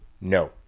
No